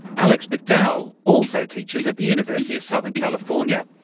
alex mcdowell also teaches at the university of southern california.